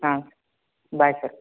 ಹಾಂ bye sir